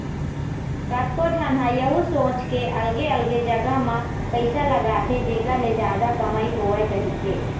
कतको झन ह यहूँ सोच के अलगे अलगे जगा म पइसा लगाथे जेखर ले जादा कमई होवय कहिके